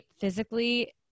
physically